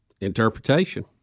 interpretation